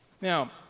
Now